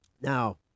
Now